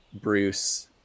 Bruce